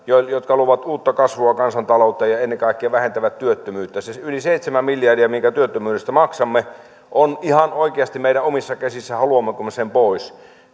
jotka luovat uutta kasvua kansantaloutta ja ennen kaikkea vähentävät työttömyyttä siis yli seitsemän miljardia minkä työttömyydestä maksamme on ihan oikeasti meidän omissa käsissämme haluammeko sen pois